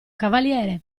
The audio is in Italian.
cavaliere